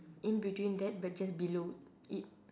in between that but just below it